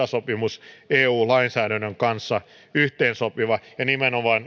sopimus eu lainsäädännön kanssa yhteensopiva ja nimenomaan